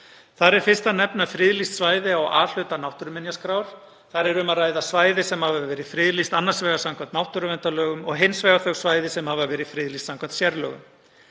Þar er fyrst að nefna friðlýst svæði á A-hluta náttúruminjaskrár. Þar er um að ræða svæði sem hafa verið friðlýst annars vegar samkvæmt náttúruverndarlögum og hins vegar þau svæði sem hafa verið friðlýst samkvæmt sérlögum.